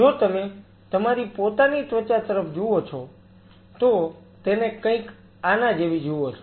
જો તમે તમારી પોતાની ત્વચા તરફ જુઓ છો તો તેને કંઈક આના જેવી જુઓ છો